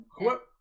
Whoop